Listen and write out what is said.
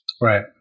Right